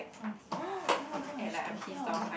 oh oh my gosh they're here